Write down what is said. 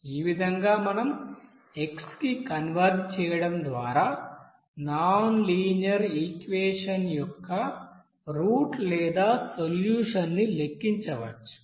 ఈ విధంగా మనం x కి కన్వర్జ్ చేయడం ద్వారా నాన్ లీనియర్ ఈక్వెషన్ యొక్క రూట్ లేదా సొల్యూషన్ ని లెక్కించవచ్చు